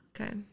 Okay